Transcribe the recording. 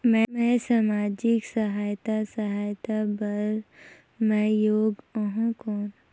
मैं समाजिक सहायता सहायता बार मैं योग हवं कौन?